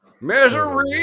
Misery